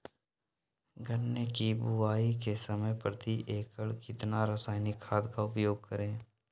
गन्ने की बुवाई के समय प्रति एकड़ कितना रासायनिक खाद का उपयोग करें?